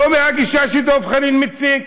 לא מהגישה שדב חנין מציג.